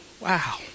wow